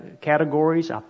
categories